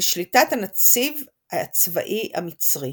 בשליטת הנציב הצבאי המצרי.